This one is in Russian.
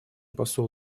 посол